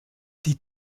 die